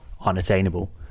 unattainable